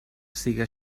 siga